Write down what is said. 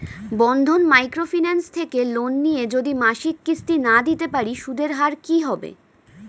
বন্ধন micro finance থেকে loan নিয়ে যদি মাসিক কিস্তি না দিতে পারি সুদের হার কি হবে?